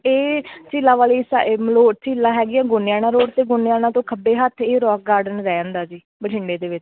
ਇਹ ਝੀਲਾਂ ਵਾਲੀ ਸਾਈ ਮਲੋ ਝੀਲਾਂ ਹੈਗੀਆਂ ਗੋਨਿਆਣਾ ਰੋਡ 'ਤੇ ਗੋਨਿਆਣਾ ਤੋਂ ਖੱਬੇ ਹੱਥ ਇਹ ਰੋਕ ਗਾਰਡਨ ਰਹਿ ਜਾਂਦਾ ਜੀ ਬਠਿੰਡੇ ਦੇ ਵਿੱਚ